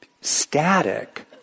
static